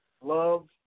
love